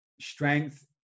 strength